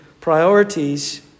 priorities